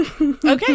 okay